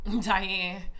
Diane